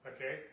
Okay